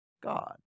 God